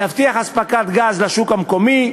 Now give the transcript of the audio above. להבטיח אספקת גז לשוק המקומי,